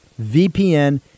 VPN